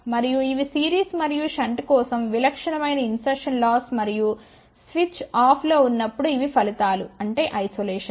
మరియు ఇవి సిరీస్ మరియు షంట్ కోసం విలక్షణమైన ఇన్సర్షన్ లాస్ మరియు స్విచ్ ఆఫ్లో ఉన్నప్పుడు ఇవి ఫలితాలు అంటే ఐసొలేషన్